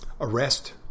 arrest